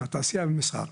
התעשייה והמסחר.